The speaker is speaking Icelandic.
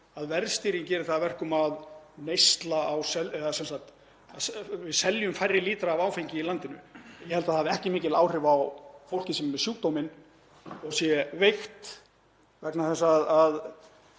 að verðstýring geri það að verkum að við seljum færri lítra af áfengi í landinu. Ég held að það hafi ekki mikil áhrif á fólkið sem er með sjúkdóminn og er veikt. Við þekkjum